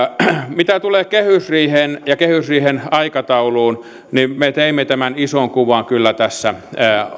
mitä tulee kehysriiheen ja kehysriihen aikatauluun me teimme tämän ison kuvan kyllä tässä